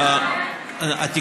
אין לך בעיה עם חוקים פרסונליים?